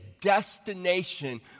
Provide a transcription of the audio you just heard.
destination